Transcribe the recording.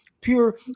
pure